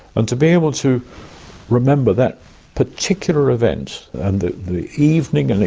and to be able to remember that particular event and the the evening. and